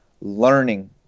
learning